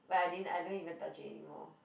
what I didn't I don't even touch it anymore